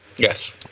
Yes